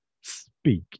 speak